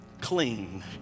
clean